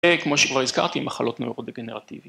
כמו שכבר הזכרתי, מחלות נאורודגנרטיביים.